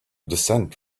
descent